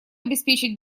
обеспечить